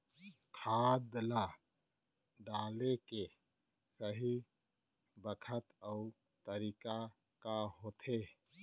खाद ल डाले के सही बखत अऊ तरीका का होथे?